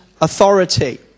authority